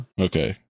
okay